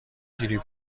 گریپ